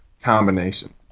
combination